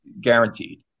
Guaranteed